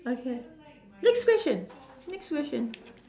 okay next question next question